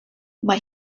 mae